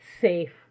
safe